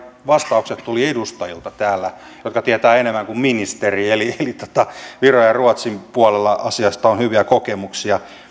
vastaukset tuli täällä edustajilta jotka tietävät enemmän kuin ministeri eli viron ja ruotsin puolella asioista on hyviä kokemuksia